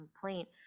complaint